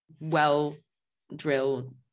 well-drilled